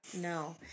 No